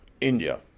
India